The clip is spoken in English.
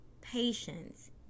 patience